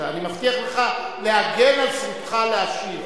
אני מבטיח לך להגן על זכותך להשיב.